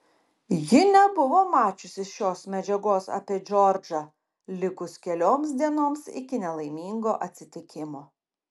ji nebuvo mačiusi šios medžiagos apie džordžą likus kelioms dienoms iki nelaimingo atsitikimo